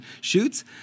shoots